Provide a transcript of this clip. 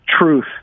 truth